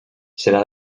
serà